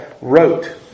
wrote